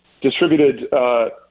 distributed